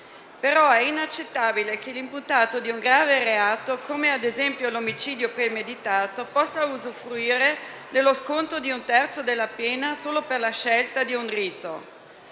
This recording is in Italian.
però inaccettabile che l'imputato di un grave reato, come ad esempio l'omicidio premeditato, possa usufruire dello sconto di un terzo della pena solo per la scelta di un rito.